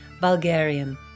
Bulgarian